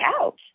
out